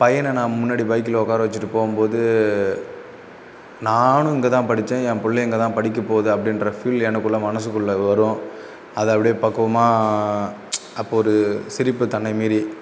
பையனை நான் முன்னாடி பைக்கில் உட்கார வச்சுட்டு போகும்போது நானும் இங்கே தான் படித்தேன் என் பிள்ளையும் இங்கேதான் படிக்கப்போகுது அப்படிங்கிற ஃபீல் எனக்குள்ளே மனசுக்குள்ளே வரும் அதை அப்டே பக்குவமாக அப்போ ஒரு சிரிப்பு தன்னை மீறி